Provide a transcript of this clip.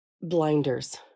Blinders